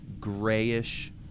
Grayish